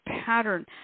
pattern